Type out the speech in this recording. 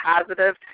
positive